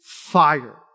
fire